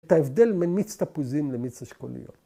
‫את ההבדל בין מיץ תפוזים ‫למיץ השכוליות.